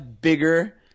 bigger